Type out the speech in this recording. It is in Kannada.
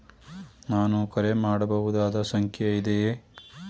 ನಾನು ಕರೆ ಮಾಡಬಹುದಾದ ಸಂಖ್ಯೆ ಇದೆಯೇ?